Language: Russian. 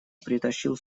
притащил